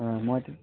অঁ মই